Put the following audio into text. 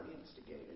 instigated